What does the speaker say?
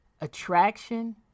attraction